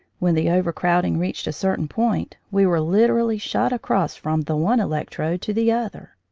when the overcrowding reached a certain point we were literally shot across from the one electrode to the other.